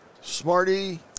Smarty